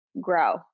grow